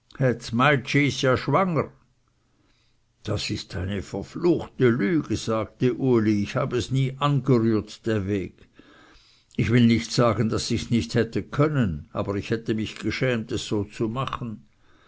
das ist eine verfluchte lüge sagte uli ich habe es nie angerührt dä weg ich will nicht sagen daß ichs nicht hätte können aber ich hätte mich geschämt es so zu machen